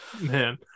Man